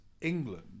England